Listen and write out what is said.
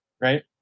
right